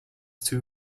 two